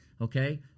okay